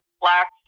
Black